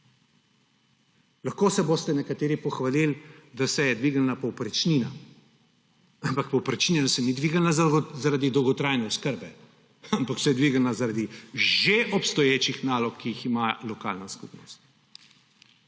Lahko se boste nekateri pohvalili, da se je dvignila povprečnina. Ampak povprečnina se ni dvignila zaradi dolgotrajne oskrbe, ampak se je dvignila zaradi že obstoječih nalog, ki jih ima lokalna skupnost.